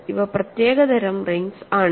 ഇവ പ്രത്യേക തരം റിങ്സ് ആണ്